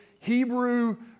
Hebrew